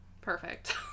perfect